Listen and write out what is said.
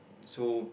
so